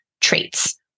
traits